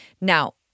Now